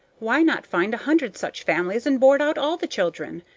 why not find a hundred such families, and board out all the children?